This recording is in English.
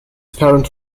parent